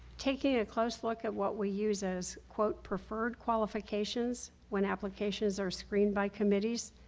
taking a close look at what we use as quote preferred qualifications when applications are screened by committees.